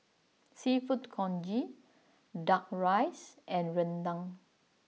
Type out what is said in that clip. Seafood Congee Duck Rice and Rendang